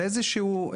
על איזה שהוא,